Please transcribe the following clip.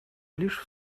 лишь